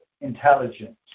intelligence